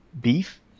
beef